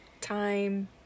time